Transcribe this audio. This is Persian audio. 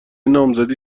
نامزدی